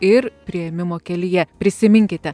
ir priėmimo kelyje prisiminkite